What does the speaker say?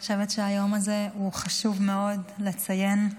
אני חושבת שהיום הזה הוא חשוב מאוד לציון.